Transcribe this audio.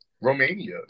Romania